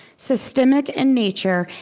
systemic in nature,